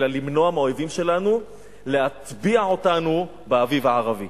אלא למנוע מהאויבים שלנו להטביע אותנו באביב הערבי.